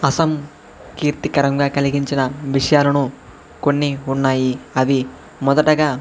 అసం కీర్తికరంగా కలిగించిన విషయాలను కొన్ని ఉన్నాయి అవి మొదటగా